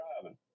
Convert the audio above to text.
driving